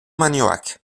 magnoac